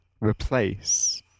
replace